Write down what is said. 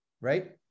Right